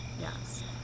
Yes